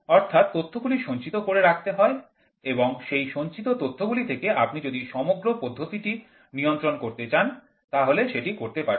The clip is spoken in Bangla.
অর্থাৎ তথ্যগুলি সঞ্চিত করে রাখতে হয় এবং সেই সঞ্চিত তথ্যগুলি থেকে আপনি যদি সমগ্র পদ্ধতিটি নিয়ন্ত্রণ করতে চান তাহলে সেটি করতে পারেন